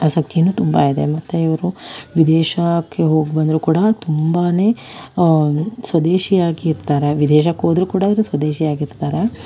ಆಸಕ್ತಿನೂ ತುಂಬ ಇದೆ ಮತ್ತೆ ಇವರು ವಿದೇಶಕ್ಕೆ ಹೋಗಿ ಬಂದರೂ ಕೂಡ ತುಂಬನೇ ಸ್ವದೇಶಿ ಆಗಿರ್ತಾರೆ ವಿದೇಶಕ್ಕೆ ಹೋದರೂ ಕೂಡ ಸ್ವದೇಶಿ ಆಗಿರ್ತಾರೆ